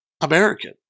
American